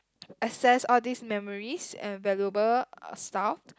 access all these memories and valuable uh stuff